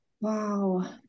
Wow